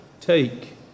take